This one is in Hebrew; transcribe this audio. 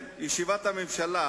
לא אומרים את זה ממקום של רצון רק